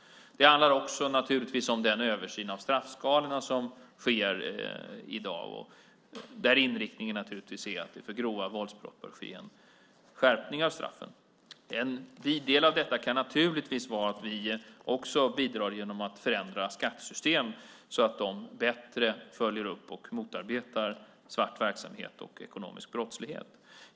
Det handlar också naturligtvis om den översyn av straffskalorna som sker i dag, där inriktningen självfallet är att det för grova våldsbrott bör ske en skärpning av straffen. En vid del av detta kan naturligtvis vara att vi också bidrar genom att förändra skattesystemen så att de bättre följer upp och motarbetar svart verksamhet och ekonomisk brottslighet.